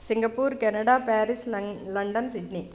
Singapore Canada Paris लण् London Sydney